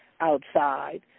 outside